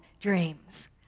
dreams